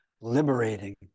liberating